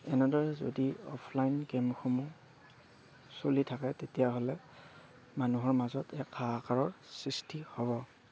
এনেদৰে যদি অ'ফলাইন গেমসমূহ চলি থাকে তেতিয়াহ'লে মানুহৰ মাজত এক হাহাকাৰৰ সৃষ্টি হ'ব